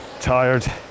tired